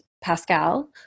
Pascal